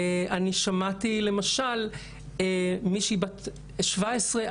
אני שמעתי למשל מישהי בת 17,